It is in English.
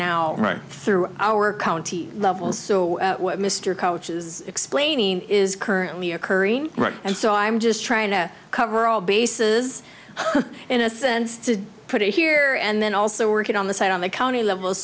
right through our county levels so what mr coach is explaining is currently occurring right and so i'm just trying to cover all bases in a sense to put it here and then also working on the site on the county level